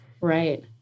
Right